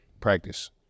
practice